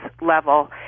level